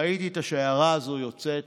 ראיתי את השיירה הזאת יוצאת,